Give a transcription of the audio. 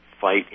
fight